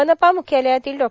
मनपा मुख्यालयातील डॉ